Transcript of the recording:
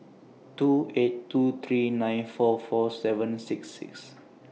two eight two three nine four four seven six six